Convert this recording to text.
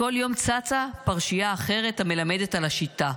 כל יום צצה פרשייה אחרת המלמדת על השיטה,